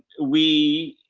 we,